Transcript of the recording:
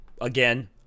again